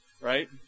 right